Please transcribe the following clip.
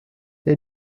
they